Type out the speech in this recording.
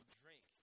drink